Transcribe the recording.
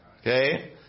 Okay